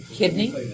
kidney